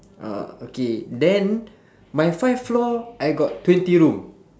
uh okay then my five floor I got twenty room